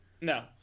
No